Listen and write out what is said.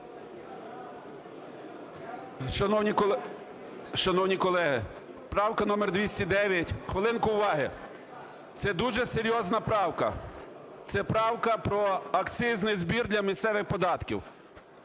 Шановні колеги, правка номер 209… Хвилинку уваги! Це дуже серйозна правка. Це правка про акцизний збір для місцевих податків.